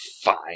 fine